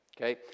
Okay